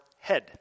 head